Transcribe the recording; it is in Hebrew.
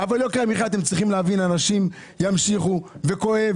אבל אתם צריכים להבין שזה כואב,